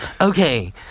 Okay